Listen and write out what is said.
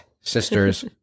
sisters